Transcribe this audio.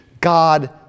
God